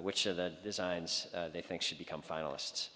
which of the designs they think should become finalists